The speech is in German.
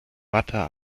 watte